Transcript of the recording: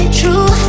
true